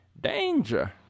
Danger